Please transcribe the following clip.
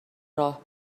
راه